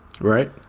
right